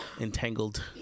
entangled